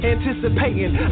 Anticipating